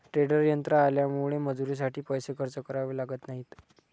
tedder यंत्र आल्यामुळे मजुरीसाठी पैसे खर्च करावे लागत नाहीत